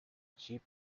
chip